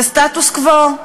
זה סטטוס-קוו.